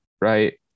right